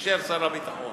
שאישר שר הביטחון.